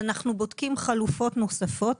אנחנו בודקים חלופות נוספות.